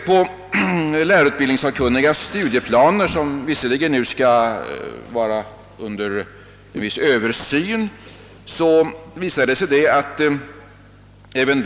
Även i lärarutbildningssakkunnigas studieplaner — som visserligen nu i viss mån skall överses — kommer detta till synes.